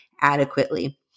adequately